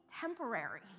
temporary